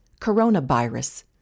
coronavirus